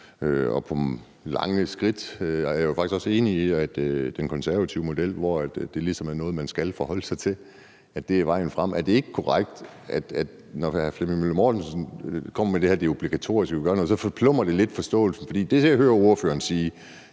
Og på lange stræk er jeg faktisk også enig i, at den konservative model, hvor det ligesom er noget, man skal forholde sig til, er vejen frem. Er det ikke korrekt, at når hr. Flemming Møller Mortensen kommer med det her med, at det er obligatorisk, så forplumrer det lidt forståelsen? For det, jeg hører ordføreren sige,